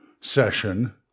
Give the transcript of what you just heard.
session